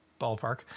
ballpark